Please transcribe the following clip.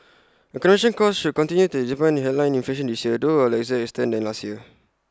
accommodation costs should continue to dampen headline inflation this year though to A lesser extent than last year